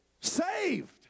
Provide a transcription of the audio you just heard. Saved